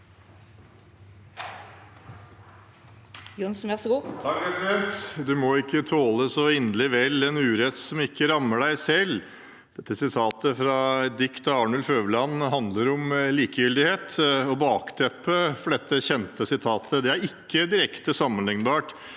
«Du må ikke tåle så inderlig vel den urett som ikke rammer dig selv!» Dette sitatet fra et dikt av Arnulf Øverland handler om likegyldighet. Bakteppet for dette kjente sitatet er ikke direkte sammenlignbart